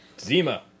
Zima